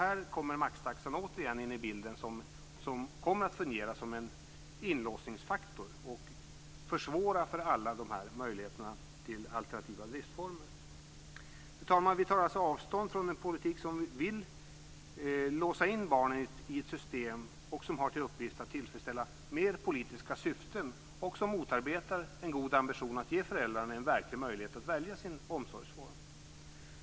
Här kommer maxtaxan återigen in i bilden och kommer att fungera som en inlåsningsfaktor och försvåra möjligheterna till alternativa livsformer. Fru talman!